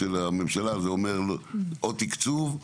הממשלה אומרת עוד תקצוב,